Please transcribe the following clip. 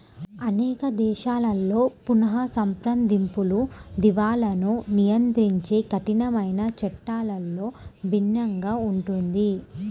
అనేక దేశాలలో పునఃసంప్రదింపులు, దివాలాను నియంత్రించే కఠినమైన చట్టాలలో భిన్నంగా ఉంటుంది